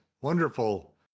wonderful